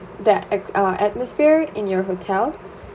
the at~ uh atmosphere in your hotel